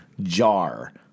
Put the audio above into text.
jar